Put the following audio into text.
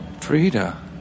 Frida